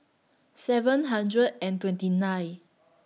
seven hundred and twenty nine